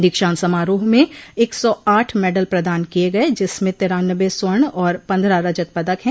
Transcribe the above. दीक्षांत समारोह में एक सौ आठ मेडल प्रदान किये गये जिसमें तिरान्नबे स्वर्ण और पन्द्रह रजत पदक हैं